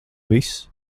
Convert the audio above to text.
viss